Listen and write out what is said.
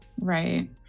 Right